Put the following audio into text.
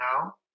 now